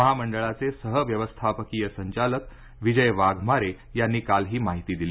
महामंडळाचे सह व्यवस्थापकीय संचालक विजय वाघमारे यांनी काल ही माहिती दिली